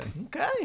Okay